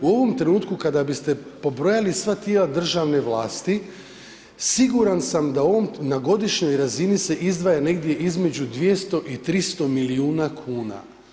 U ovom trenutku kada biste pobrojali sva tijela državne vlasti siguran sam da na godišnjoj razini se izdvaja negdje između 200 i 300 milijuna kuna.